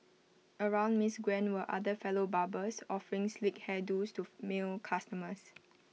around miss Gwen were other fellow barbers offering sleek hair do's to male customers